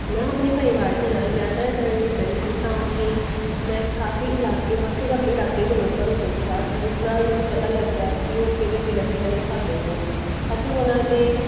ਮੈਂ ਆਪਣੇ ਪਰਿਵਾਰ ਦੇ ਨਾਲ ਯਾਤਰਾ ਕਰਨ ਲਈ ਗਈ ਸੀ ਤਾਂ ਉੱਥੇ ਮੈਂ ਕਾਫੀ ਇਲਾਕੇ ਵੱਖ ਵੱਖ ਇਲਾਕੇ ਦੇ ਲੋਕਾਂ ਨੂੰ ਦੇਖਿਆ ਜਿਸ ਨਾਲ ਮੈਨੂੰ ਪਤਾ ਲੱਗਿਆ ਕਿ ਉਹ ਕਿਵੇਂ ਵਿਲੱਖਣ ਨੇ ਸਾਡੇ ਤੋਂ ਅਤੇ ਉਹਨਾਂ ਦੇ